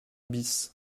bis